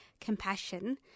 compassion